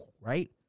right